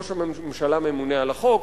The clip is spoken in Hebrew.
ראש הממשלה ממונה על החוק,